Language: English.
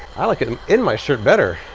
i like it um in my shirt better.